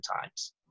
times